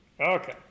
okay